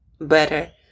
better